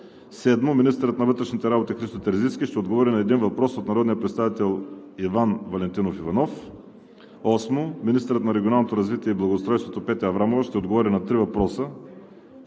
7. Министърът на вътрешните работи Христо Терзийски ще отговори на един въпрос от народния представител Иван Валентинов Иванов. 8. Министърът на регионалното развитие и благоустройството Петя Аврамова ще отговори на три въпроса